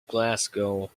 glasgow